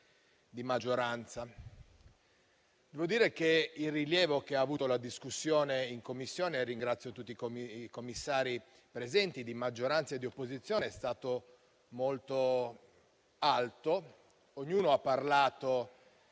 di maggioranza. Devo dire che il rilievo che ha avuto la discussione in Commissione - ringrazio tutti i commissari presenti, di maggioranza e di opposizione - è stato molto alto. Ognuno ha parlato